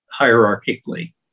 hierarchically